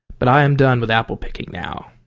but i am done with apple-picking now.